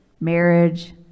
marriage